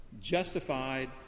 justified